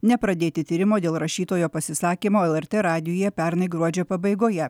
nepradėti tyrimo dėl rašytojo pasisakymo lrt radijuje pernai gruodžio pabaigoje